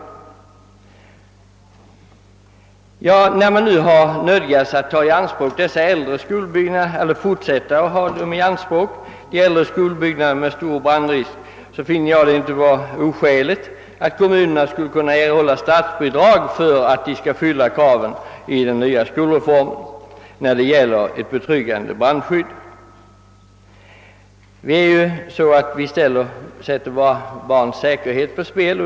Eftersom det varit nödvändigt att i ökad utsträckning ta i anspråk dessa äldre skolbyggnader, vilket medfört att brandriskerna ökat, finner jag det inte oskäligt att kommunerna skulle kunna begära större statsbidrag för att ha möjlighet att uppfylla kraven i den nya skolreformen beträffande ett betryggande brandskydd. Som det nu är sätter vi våra barns säkerhet på spel.